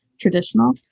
traditional